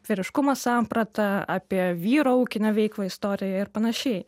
vyriškumo sampratą apie vyro ūkinę veiklą istorijoj ir panašiai